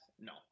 No